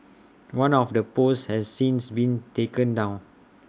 one of the posts has since been taken down